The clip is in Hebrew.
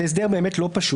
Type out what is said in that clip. זה באמת הסדר לא פשוט,